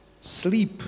sleep